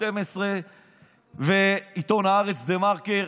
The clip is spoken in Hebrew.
12 ועיתון הארץ דה-מרקר,